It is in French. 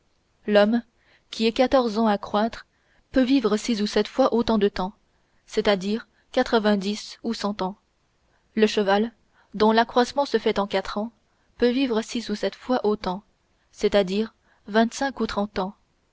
l'homme qui est quatorze ans à croître peut vivre six ou sept fois autant de temps c'est-à-dire quatre-vingt-dix ou cent ans le cheval dont l'accroissement se fait en quatre ans peut vivre six ou sept fois autant c'est-à-dire vingt-cinq ou trente ans